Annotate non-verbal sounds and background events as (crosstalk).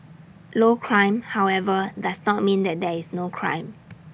low crime however does not mean that there is no crime (noise)